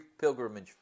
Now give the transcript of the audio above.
pilgrimage